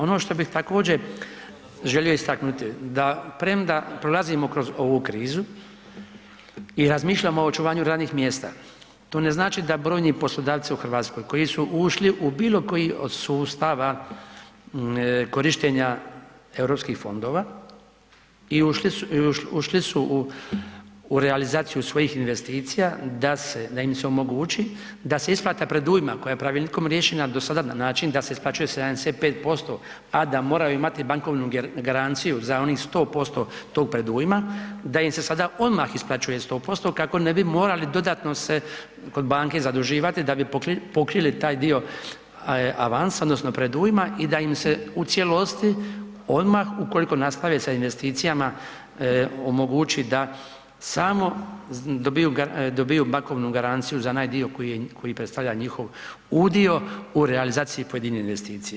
Ono što bih također želio istaknuti, da premda prolazimo kroz ovu krizu i razmišljamo o očuvanju radnih mjesta, to ne znači da brojni poslodavci u Hrvatskoj koji su ušli u bilokoji od sustava korištenja europskih fondova i ušli su u realizaciju svojih investicija, da im se omogući da se isplata predujma koja je pravilnikom riješena, do sada na način da se isplaćuje 75% a da moraju imati bankovnu garanciju za onih 100% tog predujma, da im se sada odmah isplaćuje 100% kako ne bi morali dodatno se kod banke zaduživati da bi pokrili taj dio avansa odnosno predujma i da im se u cijelosti odmah ukoliko nastave sa investicijama, omogući da samo dobivaju bankovnu garanciju za onaj dio koji predstavlja njihov udio u realizaciji pojedinih investicija.